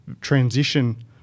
transition